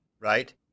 right